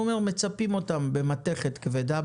הוא אומר: מצפים אותם במתכת כבדה,